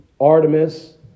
Artemis